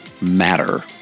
matter